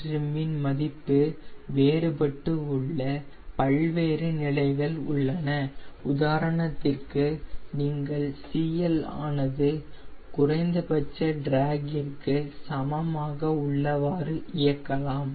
CLtrim இன் மதிப்பு வேறுபட்டு உள்ள பல்வேறு நிலைகள் உள்ளன உதாரணத்திற்கு நீங்கள் CL ஆனது குறைந்தபட்ச டிராக்கிற்கு சமமாக உள்ளவாறு இயக்கலாம்